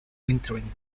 wintering